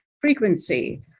frequency